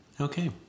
Okay